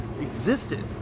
existed